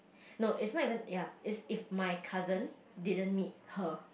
no it's not even ya it's if my cousin didn't meet her